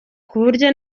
kuburyo